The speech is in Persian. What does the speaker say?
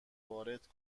وارد